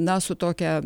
na su tokia